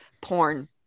porn